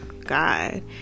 God